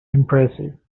impressive